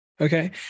Okay